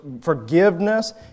forgiveness